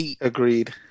Agreed